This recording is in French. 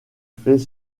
fait